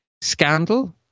scandal